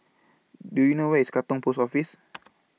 Do YOU know Where IS Katong Post Office